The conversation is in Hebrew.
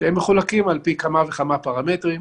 שמחולקים על פי כמה וכמה פרמטרים,